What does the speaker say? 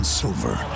silver